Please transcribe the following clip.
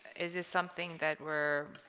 is this something that were